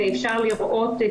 ואפשר לראות,